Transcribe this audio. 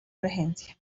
regencia